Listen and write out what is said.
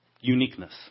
uniqueness